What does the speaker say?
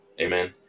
Amen